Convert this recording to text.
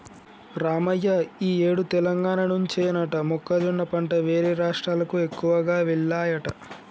రావయ్య ఈ ఏడు తెలంగాణ నుంచేనట మొక్కజొన్న పంట వేరే రాష్ట్రాలకు ఎక్కువగా వెల్లాయట